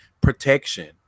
protection